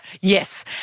Yes